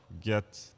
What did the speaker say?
get